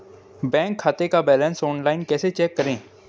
Bank खाते का balance online कैसे चेक करें?